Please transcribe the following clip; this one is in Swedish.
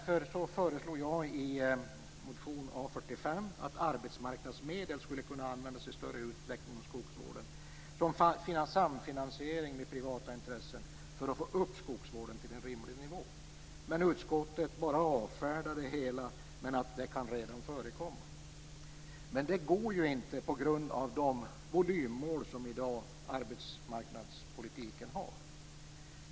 Jag föreslår därför i motion A45 att arbetsmarknadsmedel skulle kunna användas i större utsträckning inom skogsvården i samfinansiering med privata intressen för att få upp skogsvården till en rimlig nivå. Utskottet avfärdar detta bara med att sådant redan kan förekomma, men det går ju inte på grund av de volymmål som anges i dagens arbetsmarknadspolitik.